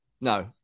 no